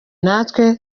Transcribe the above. natwe